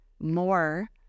more